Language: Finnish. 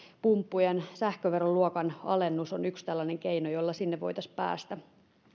pumppujen sähköveroluokan alennus on yksi tällainen keino jolla sinne voitaisiin päästä